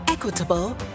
Equitable